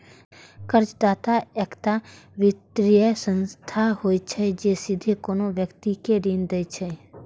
कर्जदाता एकटा वित्तीय संस्था होइ छै, जे सीधे कोनो व्यक्ति कें ऋण दै छै